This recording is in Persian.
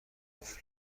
قفل